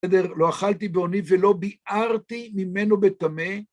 בסדר? לא אכלתי באוני ולא ביערתי ממנו בטמא?